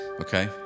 okay